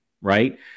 right